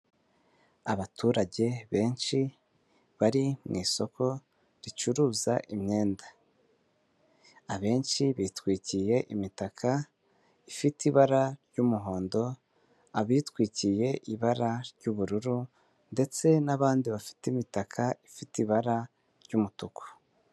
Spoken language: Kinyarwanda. Abaturage benshi bari mu isoko ricuruza imyenda. Abenshi bitwikiye imitaka ifite ibara ry'umuhondo, abitwikiye ibara ry'ubururu ndetse n'abandi bafite imitaka ifite ibara ry'umutuku.